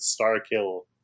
Starkill